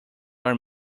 are